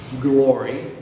Glory